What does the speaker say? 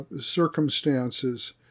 circumstances